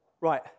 Right